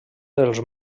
dels